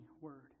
word